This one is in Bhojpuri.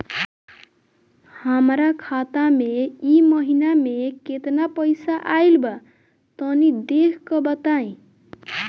हमरा खाता मे इ महीना मे केतना पईसा आइल ब तनि देखऽ क बताईं?